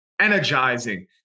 energizing